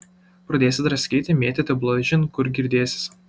pradėsi draskyti mėtyti balažin kur girdėsis